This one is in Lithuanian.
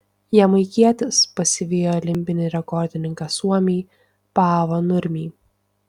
jamaikietis pasivijo olimpinį rekordininką suomį paavo nurmį